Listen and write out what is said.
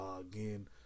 again